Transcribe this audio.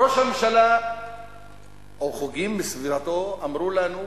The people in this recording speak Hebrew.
ראש הממשלה או חוגים בסביבתו אמרו לנו,